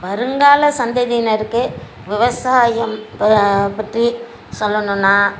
வருங்கால சந்ததியினருக்கு விவசாயம் பா பற்றி சொல்லணுனால்